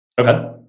Okay